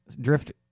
drift